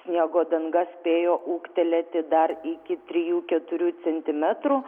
sniego danga spėjo ūgtelėti dar iki trijų keturių centimetrų